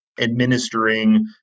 administering